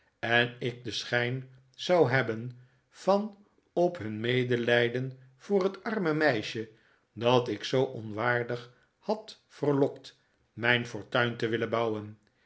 en ik den schijn zou hebben van op hun medelijden voor het arme meisje dat ik zoo onwaardig had verlokt mijn fortuin te willen bouwen